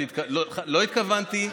לא התכוונתי,